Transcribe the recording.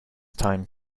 time